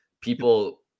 people